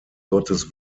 gottes